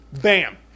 Bam